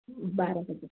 बारह बजे तक